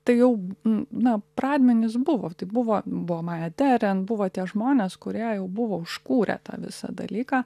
tai jau n na pradmenys buvo tai buvo buvo maya deren buvo tie žmonės kurie jau buvo užkūrę tą visą dalyką